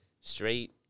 straight